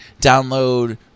download